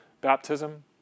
Baptism